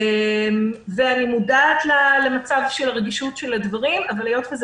אני מודעת לרגישות של הדברים, אבל היות וזה